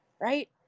right